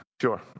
Sure